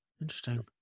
interesting